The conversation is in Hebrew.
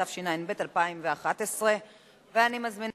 התשע"ב 2011. אני מזמינה